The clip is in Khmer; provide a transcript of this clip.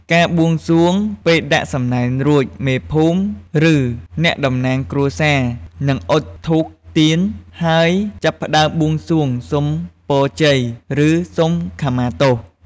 ការបួងសួង ពេលដាក់សំណែនរួច មេភូមិ ឬអ្នកតំណាងគ្រួសារនឹងអុជធូបទៀន ហើយចាប់ផ្ដើមបួងសួងសុំពរជ័យ ឬសុំខមាទោស។